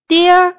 Dear